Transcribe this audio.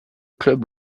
club